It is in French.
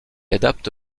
adapte